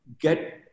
get